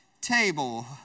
table